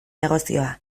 negozioa